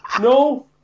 No